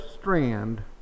Strand